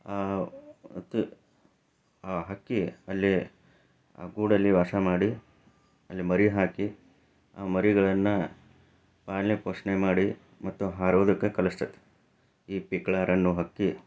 ಮತ್ತು ಆ ಹಕ್ಕಿ ಅಲ್ಲಿ ಆ ಗೂಡಲ್ಲಿ ವಾಸ ಮಾಡಿ ಅಲ್ಲಿ ಮರಿ ಹಾಕಿ ಆ ಮರಿಗಳನ್ನು ಪಾಲನೆ ಪೋಷಣೆ ಮಾಡಿ ಮತ್ತು ಹಾರೋದಕ್ಕೆ ಕಲಿಸ್ತೈತಿ ಈ ಪಿಕಳಾರ ಅನ್ನೋ ಹಕ್ಕಿ